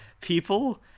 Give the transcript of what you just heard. people